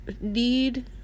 need